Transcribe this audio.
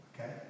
Okay